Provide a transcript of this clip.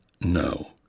no